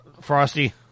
Frosty